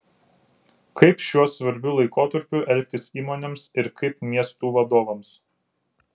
kaip šiuo svarbiu laikotarpiu elgtis įmonėms ir kaip miestų vadovams